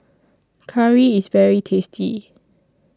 Curry IS very tasty